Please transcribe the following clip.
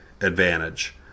advantage